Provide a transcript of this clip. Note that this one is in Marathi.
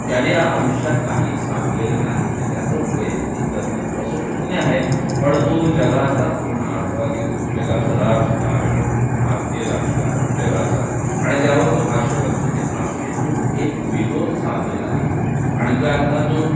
त्याने आयुष्यात काही साधलेलं नाही म्हणजे त्याचं वैयक्तिक कर्तृत्व असं शून्य आहे पण तो जगाचा पूर्ण आढावा घेतो जगाचं राजकारण भारतीय राजकारण जगाचं आणि त्यावर तो भाष्य करतो आणि त्या भाष्यातून एक विनोद साधलेला आहे आणि तो यातला जो